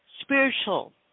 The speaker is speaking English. spiritual